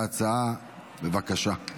ההצעה הבאה היא